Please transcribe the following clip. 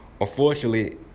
Unfortunately